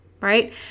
right